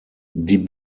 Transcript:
die